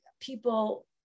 people